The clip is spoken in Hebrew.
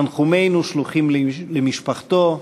תנחומינו שלוחים למשפחתו.